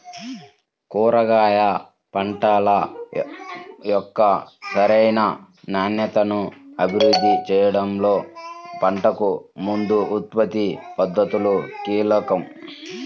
కూరగాయ పంటల యొక్క సరైన నాణ్యతను అభివృద్ధి చేయడంలో పంటకు ముందు ఉత్పత్తి పద్ధతులు కీలకం